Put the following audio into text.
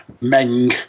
Meng